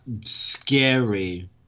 scary